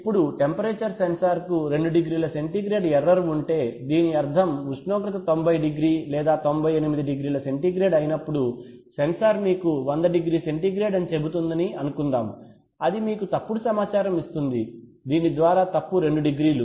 ఇప్పుడు టెంపరేచర్ సెన్సార్కు 2 డిగ్రీల సెంటీగ్రేడ్ ఎర్రర్ ఉంటే దీని అర్థం ఉష్ణోగ్రత 90 డిగ్రీ 98 డిగ్రీల సెంటీగ్రేడ్ అయినప్పుడు సెన్సార్ మీకు వంద డిగ్రీ సెంటీగ్రేడ్ అని చెబుతోందని అనుకుందాం అది మీకు తప్పుడు సమాచారం ఇస్తోంది దీని ద్వారా తప్పు 2 డిగ్రీలు